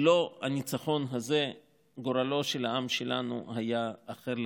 ללא הניצחון הזה גורלו של העם שלנו היה אחר לחלוטין.